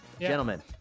Gentlemen